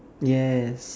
yes